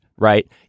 right